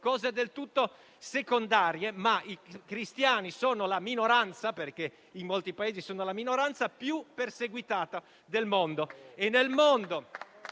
del tutto secondarie, ma i cristiani sono la minoranza (perché in molti Paesi sono la minoranza) più perseguitata del mondo e vanno